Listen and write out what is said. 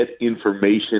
information